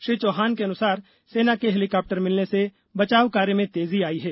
श्री चौहान के अनुसार सेना के हेलिकॉप्टर मिलने से बचाव कार्य में तेजी आई है